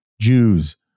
jews